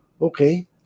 Okay